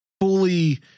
Fully